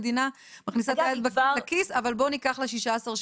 המדינה מכניסה את היד לכיס אבל בוא ניקח לה שישה עשר שקלים.